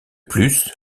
plus